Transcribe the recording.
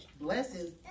blesses